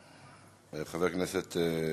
חבר הכנסת חאג'